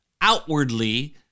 outwardly